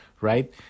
Right